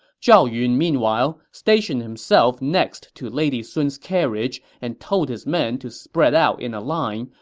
zhao yun, meanwhile, stationed himself next to lady sun's carriage and told his men to spread out in a line,